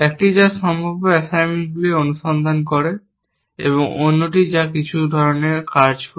একটি যা সম্ভাব্য অ্যাসাইনমেন্টগুলি অনুসন্ধান করে এবং অন্যটি যা কিছু ধরণের কাজ করে